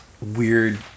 weird